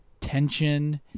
tension